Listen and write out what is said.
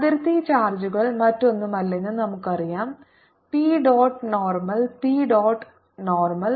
അതിർത്തി ചാർജുകൾ മറ്റൊന്നുമല്ലെന്ന് നമുക്കറിയാം P dot normal P dot normal